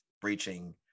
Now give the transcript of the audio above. breaching